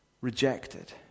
rejected